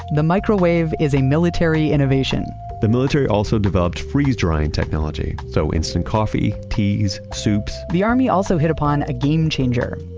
the microwave is a military innovation the military also developed freeze-drying technology, so instant coffee, teas, soups the army also hit upon a game-changer,